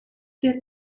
der